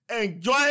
Enjoy